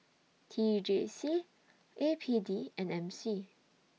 T J C A P D and M C